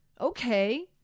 okay